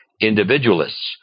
individualists